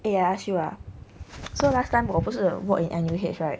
eh I ask you ah so last time 我不是 work in N_U_H right